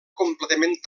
completament